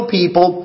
people